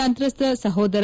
ಸಂತ್ರಸ್ತ ಸಹೋದರ